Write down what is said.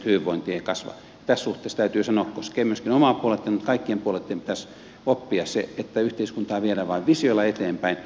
tässä suhteessa täytyy sanoa että koskee myöskin omaa puoluettani kaikkien puolueitten pitäisi oppia se että yhteiskuntaa viedään vain visioilla eteenpäin